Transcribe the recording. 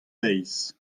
deiz